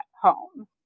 home